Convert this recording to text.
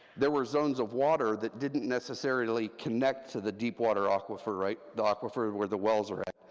there were zones of water that didn't necessarily connect to the deep water aquifer, right, the aquifer where the wells were at.